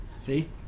See